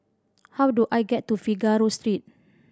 how do I get to Figaro Street